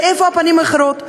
ואיפה הפנים האחרות?